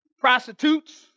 prostitutes